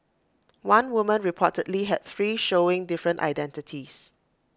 one woman reportedly had three showing different identities